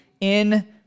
in